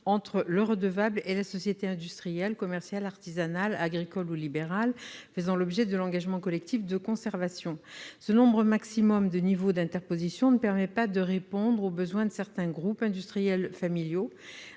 entre le redevable et la société industrielle, commerciale, artisanale, agricole ou libérale faisant l'objet de l'engagement collectif de conservation. Ce nombre maximal de niveaux d'interposition ne permet pas de répondre aux besoins de certains groupes industriels familiaux,